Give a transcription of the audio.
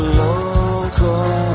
local